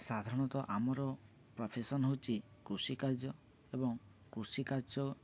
ସାଧାରଣତଃ ଆମର ପ୍ରୋଫେସନ୍ ହେଉଛି କୃଷିିକାର୍ଯ୍ୟ ଏବଂ କୃଷିିକାର୍ଯ୍ୟ